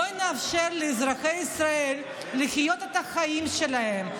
בואו נאפשר לאזרחי ישראל לחיות את החיים שלהם,